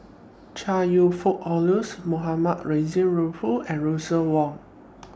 Chong YOU Fook Charles Mohamed Rozani Maarof and Russel Wong